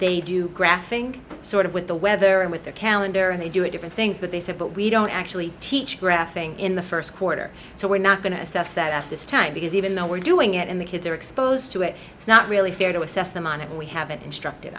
they do graphing sort of with the weather and with the calendar and they do it different things but they said but we don't actually teach graphing in the first quarter so we're not going to assess that at this time because even though we're doing it and the kids are exposed to it it's not really fair to assess them on it and we haven't instruct